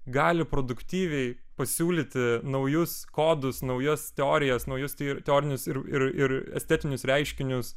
gali produktyviai pasiūlyti naujus kodus naujas teorijas naujus ir teorinius ir ir estetinius reiškinius